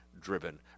driven